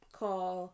call